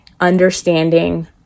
understanding